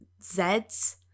Zs